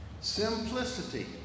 simplicity